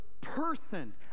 person—